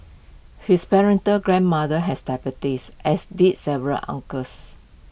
his grandmother has diabetes as did several uncles